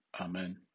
amen